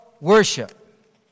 worship